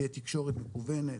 תהיה תקשורת מקוונת,